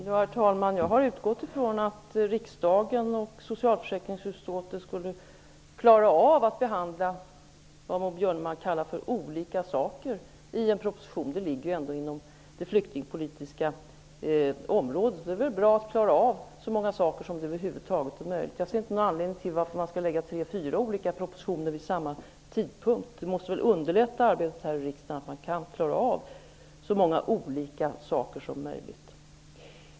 Herr talman! Jag har utgått från att riksdagen och socialförsäkringsutskottet skulle klara av att behandla vad Maud Björnemalm kallar ''olika saker'' i en proposition. De ligger ju ändå inom det flyktingpolitiska området. Det är väl bra att klara av så många saker som det över huvud taget är möjligt. Jag ser inte någon anledning till att lägga fram tre fyra olika propositioner vid samma tidpunkt. Det måste väl underlätta arbetet i riksdagen att klara av så många olika saker som möjligt.